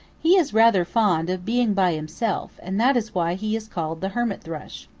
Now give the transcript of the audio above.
he is rather fond of being by himself and that is why he is called the hermit thrush.